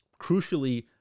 crucially